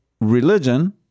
religion